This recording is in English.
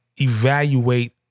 evaluate